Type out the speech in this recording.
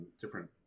different